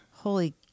Holy